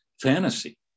fantasy